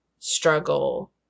struggle